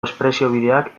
espresiobideak